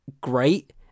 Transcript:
great